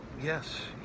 yes